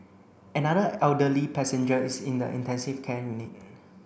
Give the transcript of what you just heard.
another elderly passenger is in the intensive care unit